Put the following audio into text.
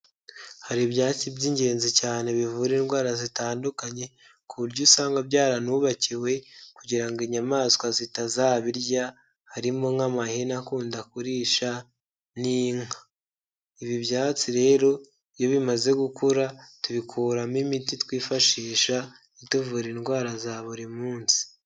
Hari ibyatsi by'ingenzi cyane bivura indwara zitandukanye ku buryo usanga byaranubakiwe kugira ngo inyamaswa zitazabirya, harimo nk'amahene akunda kurisha n'inka. Ibi byatsi rero iyo bimaze gukura tubikuramo imiti twifashisha tuvura indwara za buri munsi.